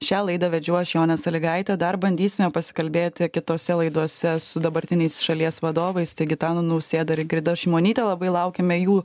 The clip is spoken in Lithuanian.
šią laidą vedžiau aš jonė salygaitė dar bandysime pasikalbėti kitose laidose su dabartiniais šalies vadovais gitanu nausėda ir ingrida šimonyte labai laukiame jų